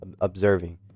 observing